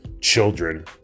children